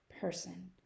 person